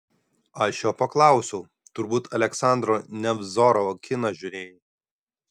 aš jo paklausiau turbūt aleksandro nevzorovo kiną žiūrėjai